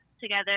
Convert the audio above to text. together